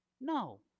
No